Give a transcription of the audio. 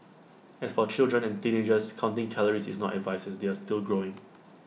as for children and teenagers counting calories is not advised as they are still growing